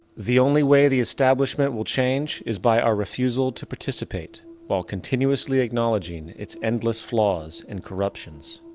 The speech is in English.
the only way the establishment will change is by our refusal to participate while continuously acknowledging it's endless flaws and corruptions.